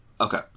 Okay